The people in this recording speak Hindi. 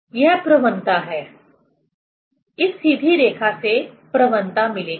वह प्रवणता है इस सीधी रेखा से प्रवणता मिलेगी